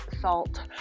salt